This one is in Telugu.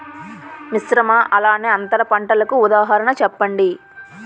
మిశ్రమ అలానే అంతర పంటలకు ఉదాహరణ చెప్పండి?